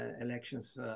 elections